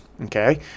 Okay